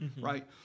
Right